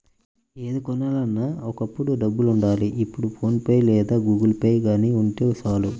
ఏది కొనాలన్నా ఒకప్పుడు డబ్బులుండాలి ఇప్పుడు ఫోన్ పే లేదా గుగుల్పే గానీ ఉంటే చాలు